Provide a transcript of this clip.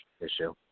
issue